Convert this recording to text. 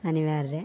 ಅನಿವಾರ್ಯ